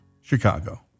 Chicago